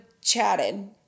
chatted